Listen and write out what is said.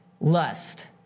lust